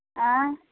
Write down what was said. अँए